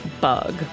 bug